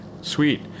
sweet